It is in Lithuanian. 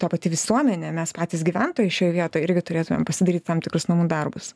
ta pati visuomenė mes patys gyventojai šioj vietoj irgi turėtumėm pasidaryt tam tikrus namų darbus